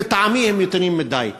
לטעמי הם אפילו מתונים מדי.